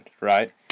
right